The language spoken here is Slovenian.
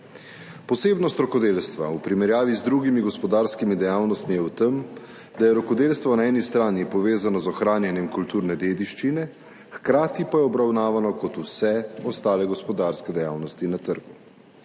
Posebnost rokodelstva v primerjavi z drugimi gospodarskimi dejavnostmi je v tem, da je rokodelstvo na eni strani povezano z ohranjanjem kulturne dediščine, hkrati pa je obravnavano kot vse ostale gospodarske dejavnosti na trgu.